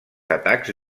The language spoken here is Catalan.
atacs